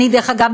דרך אגב,